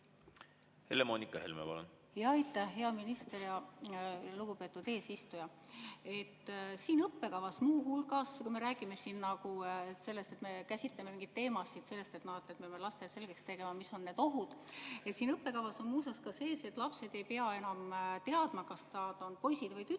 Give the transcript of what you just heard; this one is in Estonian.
Helle-Moonika Helme, palun! Aitäh! Hea minister! Lugupeetud eesistuja! Siin õppekavas muu hulgas me räägime sellest, et me käsitleme mingeid teemasid selleks, et me peame lastele selgeks tegema, mis on need ohud. Siin õppekavas on muuseas ka sees, et lapsed ei pea enam teadma, kas nad on poisid või tüdrukud.